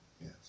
Yes